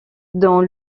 dont